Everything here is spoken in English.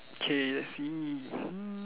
okay let's see mm